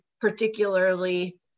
particularly